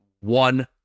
one